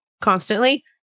constantly